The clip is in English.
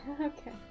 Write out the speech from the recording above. okay